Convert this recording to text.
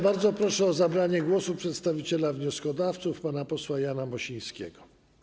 Bardzo proszę o zabranie głosu przedstawiciela wnioskodawców pana posła Jana Mosińskiego.